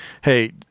hey